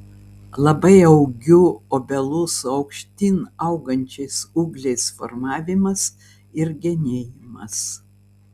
labai augių obelų su aukštyn augančiais ūgliais formavimas ir genėjimas